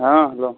हाँ हेलो